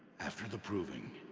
after the proving.